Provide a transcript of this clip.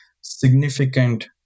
significant